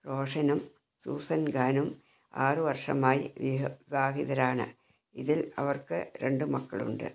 റോഷനും Susan ഗാനും ആറ് വർഷമായി വിവാഹിതരാണ് ഇതിൽ അവർക്ക് രണ്ട് മക്കളുണ്ട്